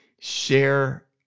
share